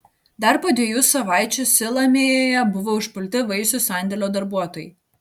dar po dviejų savaičių silamėjėje buvo užpulti vaisių sandėlio darbuotojai